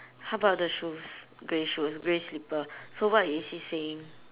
how about the shoes grey shoes grey slipper so what is he saying